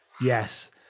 yes